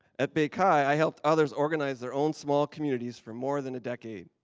at baychi, i helped others organize their own small communities for more than a decade.